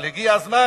אבל הגיע הזמן